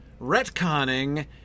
retconning